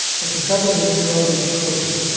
but the trouble is they're always broken.